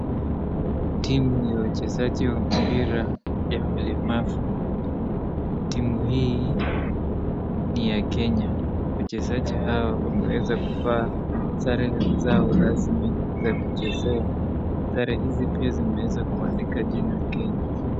Timu ya wachezaji wa mpira ya walemavu .Timu hii ni ya Kenya ,wachezaji hawa wameweza kuvaa sare zao rasmi za mchezo .Sare hizi pia zimeweza kundikwa jina Kenya.